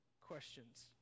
questions